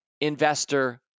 investor